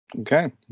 Okay